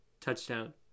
touchdown